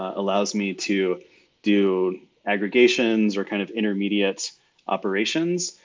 ah allows me to do aggregations or kind of intermediate operations.